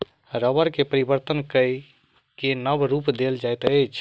रबड़ के परिवर्तन कय के नब रूप देल जाइत अछि